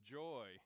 joy